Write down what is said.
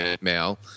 male